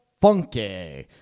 Funky